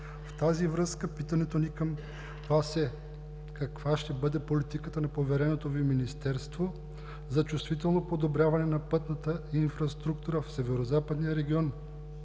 В тази връзка питането ни към Вас е: каква ще бъде политиката на повереното Ви министерство за чувствително подобряване на пътната инфраструктура в Северозападния регион?